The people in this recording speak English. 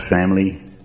family